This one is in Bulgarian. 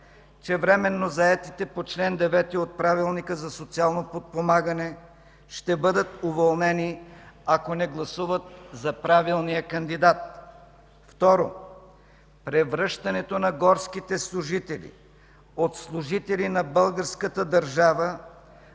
че временно заетите по чл. 9 от Правилника за социално подпомагане ще бъдат уволнени, ако не гласуват за правилния кандидат! Второ, превръщането на горските служители от служители на българската държава